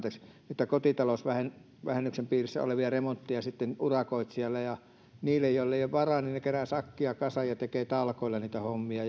kotitalousvähennyksen piirissä olevia remontteja sitten urakoitsijalla ja he joilla ei ole varaa keräävät sakkia kasaan ja tekevät talkoilla niitä hommia